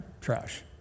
trash